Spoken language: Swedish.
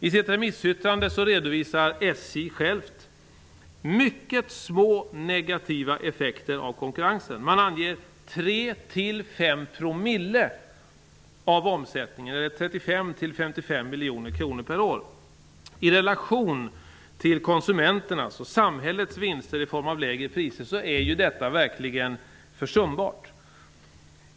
I SJ:s remissyttrande redovisas mycket små negativa effekter av konkurrensen. 55 miljoner kronor per år. I relation till konsumenterna, dvs. samhällets vinster i form av lägre priser, är detta verkligen försumbart.